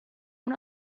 una